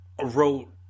Wrote